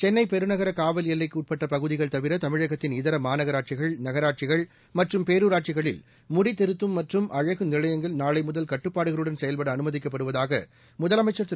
சென்னை பெருநகர காவல் எல்லைக்கு உட்பட்ட பகுதிகள் தவிர தமிழகத்தின் இதர மாநகராட்சிகள் நகராட்சிகள் மற்றும் பேரூராட்சிகளில் முடித்திருத்தும் மற்றும் அழகு நிலையங்கள் நாளை கட்டுப்பாடுகளுடன் செயல்பட முதல் திரு